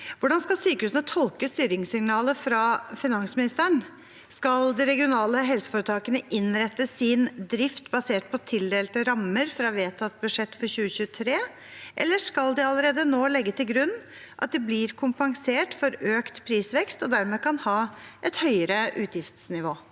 Hvordan skal sykehusene tolke styringssignalet fra finansministeren – skal de regionale helseforetakene innrette sin drift basert på tildelte rammer fra vedtatt budsjett for 2023, eller skal de allerede nå legge til grunn at de blir kompensert for økt prisvekst og dermed kan ha et høyere utgiftsnivå?»